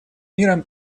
миром